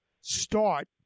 start